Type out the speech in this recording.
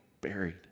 buried